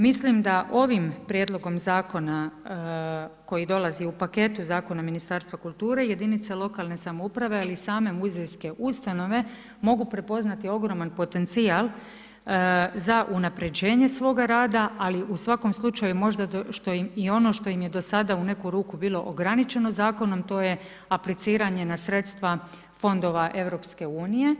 Mislim da ovim prijedlogom zakona koji dolazi u paketu zakona Ministarstva kulture, jedinice lokalne samouprave, ali i same muzejske ustanove, mogu prepoznati ogroman potencijal za unapređenje svoga rada, ali u svakom slučaju možda i ono što im je do sada u neku ruku bilo ograničeno zakonom, to je apliciranje na sredstva fondova EU.